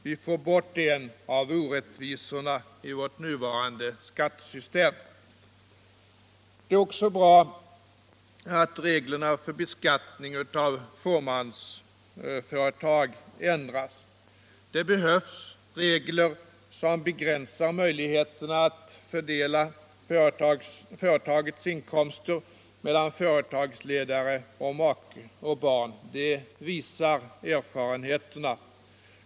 Vi får bort en av orättvisorna i vårt nuvarande skattesystem. Det är också bra att reglerna för beskattning av fåmansföretag ändras. Det behövs regler som begränsar möjligheterna att fördela företagets in 35 komster mellan företagsledare, make och barn — det visar erfarenheterna.